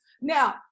Now